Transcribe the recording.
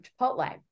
Chipotle